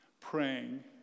praying